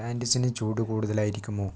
പാൻറ്റീസിന് ചൂട് കൂടുതലായിരിക്കുമോ